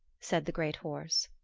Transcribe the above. said the great horse.